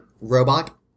robot